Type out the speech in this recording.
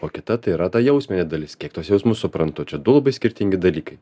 o kita tai yra ta jausminė dalis kiek tuos jausmus suprantu čia du labai skirtingi dalykai